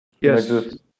Yes